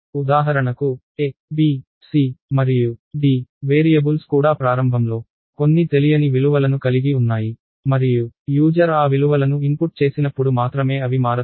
ఉదాహరణకు a b c మరియు d variables కూడా ప్రారంభంలో కొన్ని తెలియని విలువలను కలిగి ఉన్నాయి మరియు యూజర్ ఆ విలువలను ఇన్పుట్ చేసినప్పుడు మాత్రమే అవి మారతాయి